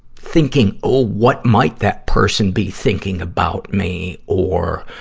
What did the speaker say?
thinking, oh, what might that person be thinking about me, or,